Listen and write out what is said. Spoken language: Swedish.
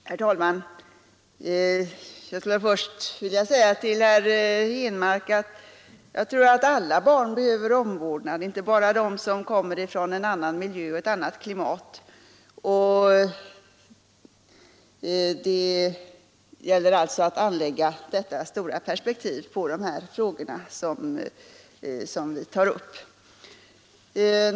Herr talman! Jag skulle först vilja säga till herr Henmark att jag tror att alla barn behöver omvårdnad, inte bara de som kommer från en annan miljö och ett annat klimat. Det gäller alltså att anlägga detta stora perspektiv på de här frågorna över huvud taget.